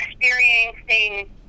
experiencing